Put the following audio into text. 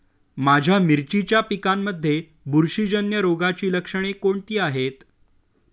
माझ्या मिरचीच्या पिकांमध्ये बुरशीजन्य रोगाची लक्षणे कोणती आहेत?